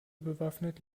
bewaffnet